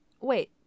Wait